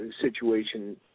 situation